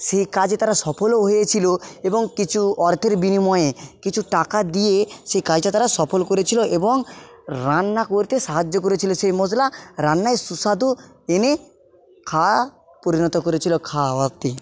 সেই কাজে তারা সফলও হয়েছিল এবং কিছু অর্থের বিনিময়ে কিছু টাকা দিয়ে সেই কাজটা তারা সফল করেছিল এবং রান্না করতে সাহায্য করেছিল সেই মশলা রান্নায় সুস্বাদু এনে খাওয়া পরিণত করেছিল খাওয়াতে